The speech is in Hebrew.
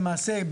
למעשה,